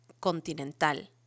Continental